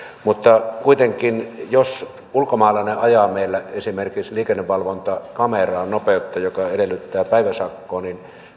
mutta kuitenkin jos ulkomaalainen ajaa meillä esimerkiksi liikennevalvontakameraan nopeutta joka edellyttää päiväsakkoa niin